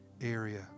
area